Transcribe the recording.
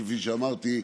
כפי שאמרתי,